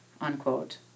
unquote